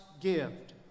gift